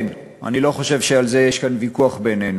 כן, אני לא חושב שעל זה יש כאן ויכוח בינינו,